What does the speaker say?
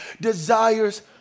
desires